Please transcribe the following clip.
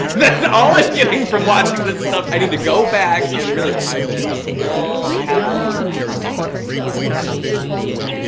that's all i'm getting from watching this stuff. i need to go back and really private a full catalog of content. yeah, everything is embarrassing.